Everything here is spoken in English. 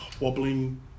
wobbling